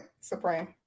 supreme